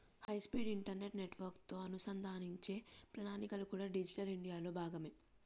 high speed internet నెట్వర్క్లతో అనుసంధానించే ప్రణాళికలు కూడా డిజిటల్ ఇండియాలో భాగమే